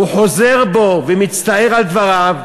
והוא חוזר בו ומצטער על דבריו.